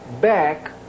back